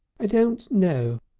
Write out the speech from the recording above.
i don't know,